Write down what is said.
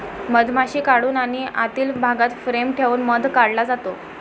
मधमाशी काढून आणि आतील भागात फ्रेम ठेवून मध काढला जातो